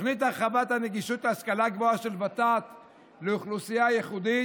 תוכנית הרחבת הנגישות להשכלה גבוהה של ות"ת לאוכלוסייה ייחודית,